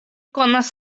konas